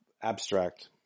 abstract